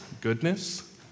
goodness